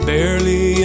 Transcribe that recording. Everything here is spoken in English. Barely